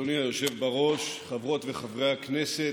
אדוני היושב בראש, חברות וחברי הכנסת,